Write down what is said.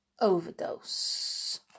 overdose